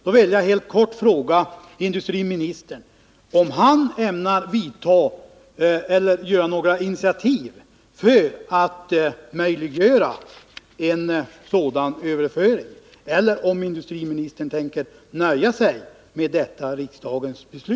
Då vill jag helt kort fråga industriministern om han ämnar ta några initiativ för att möjliggöra en sådan överföring eller om han tänker nöja sig med detta riksdagens beslut.